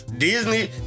Disney